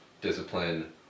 discipline